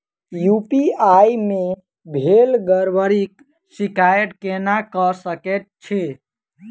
UPI मे भेल गड़बड़ीक शिकायत केना कऽ सकैत छी?